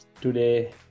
today